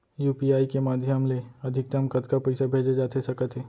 UPI के माधयम ले अधिकतम कतका पइसा भेजे जाथे सकत हे?